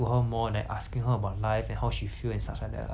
that's what I feel lah like instead of